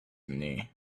knee